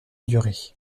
durée